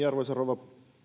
arvoisa rouva